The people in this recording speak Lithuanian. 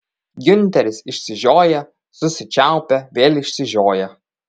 giunteris išsižioja susičiaupia vėl išsižioja